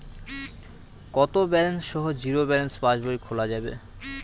কত ব্যালেন্স সহ zero balance পাসবই খোলা যাবে?